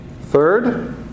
Third